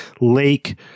Lake